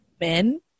men